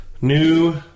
New